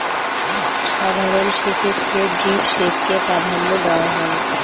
সাধারণ সেচের চেয়ে ড্রিপ সেচকে প্রাধান্য দেওয়া হয়